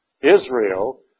Israel